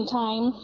time